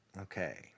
Okay